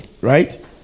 Right